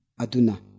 aduna